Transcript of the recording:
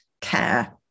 care